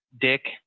Dick